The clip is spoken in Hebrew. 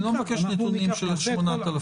אני לא מבקש נתונים על 8,000 מקרים.